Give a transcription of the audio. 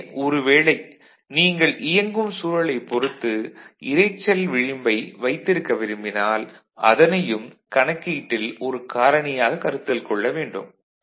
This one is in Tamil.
எனவே ஒரு வேளை நீங்கள் இயங்கும் சூழலைப் பொறுத்து இரைச்சல் விளிம்பை வைத்திருக்க விரும்பினால் அதனையும் கணக்கீட்டில் ஒரு காரணியாக கருத்தில் கொள்ள வேண்டும்